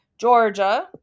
Georgia